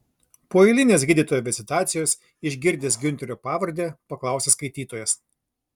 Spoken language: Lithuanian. po eilinės gydytojo vizitacijos išgirdęs giunterio pavardę paklausė skaitytojas